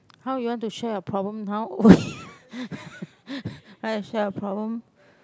how you want to share your problem how want to share your problem